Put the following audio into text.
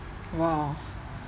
!wow!